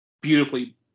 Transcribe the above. beautifully